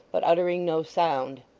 but uttering no sound.